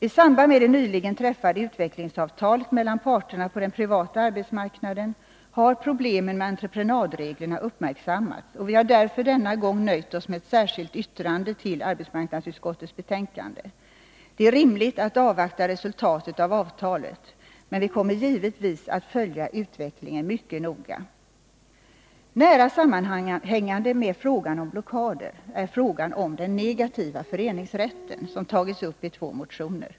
I samband med det nyligen träffade utvecklingsavtalet mellan parterna på den privata arbetsmarknaden har problemen med entreprenadreglerna uppmärksammats, och vi har därför denna gång nöjt oss med ett särskilt yttrande till arbetsmarknadsutskottets betänkande. Det är rimligt att avvakta resultatet av avtalet, men vi kommer givetvis att följa utvecklingen mycket noga. Nära sammanhängande med frågan om blockader är frågan om den negativa föreningsrätten, som tagits upp i två motioner.